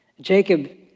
Jacob